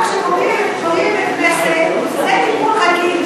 למה כשפוגעים בבית-כנסת זה טיפול רגיל,